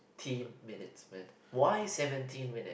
teen minutes man why seventeen minutes